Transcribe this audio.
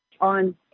on